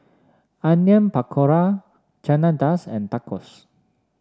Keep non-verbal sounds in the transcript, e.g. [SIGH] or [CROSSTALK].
Onion Pakora Chana [UNINTELLIGIBLE] and Tacos